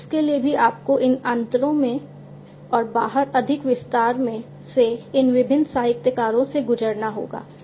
तो उसके लिए भी आपको इन अंतरों में और बाहर अधिक विस्तार से इन विभिन्न साहित्यकारों से गुजरना होगा